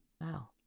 Wow